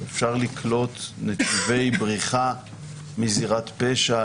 אפשר לקלוט נתיבי בריחה מזירת פשע,